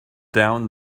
down